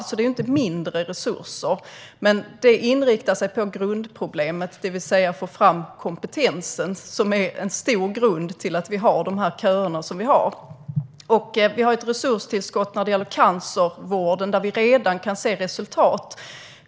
Det är alltså inte mindre resurser, men det inriktar sig på det grundproblem som ligger bakom att vi har de köer vi har: att få fram kompetensen. Vi har även ett resurstillskott när det gäller cancervården där vi redan kan se resultat.